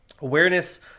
awareness